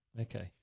Okay